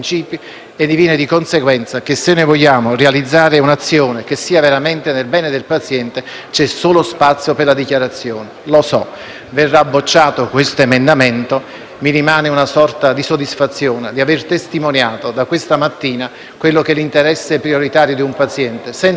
verrà bocciato, ma mi rimane una sorta di soddisfazione per aver testimoniato da questa mattina quello che è l'interesse prioritario del paziente, senza accanimenti e senza abbandoni, nella proporzionalità delle cure. Grazie per l'attenzione che mi avete riservato.